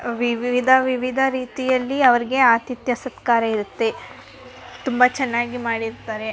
ವಿವಿಧ ವಿವಿಧ ರೀತಿಯಲ್ಲಿ ಅವರಿಗೆ ಆತಿಥ್ಯ ಸತ್ಕಾರ ಇರುತ್ತೆ ತುಂಬ ಚೆನ್ನಾಗಿ ಮಾಡಿರ್ತಾರೆ